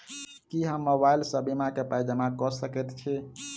की हम मोबाइल सअ बीमा केँ पाई जमा कऽ सकैत छी?